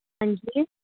हां जी